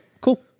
cool